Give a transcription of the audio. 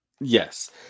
Yes